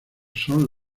son